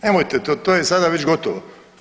Nemojte, to je sada već gotovo.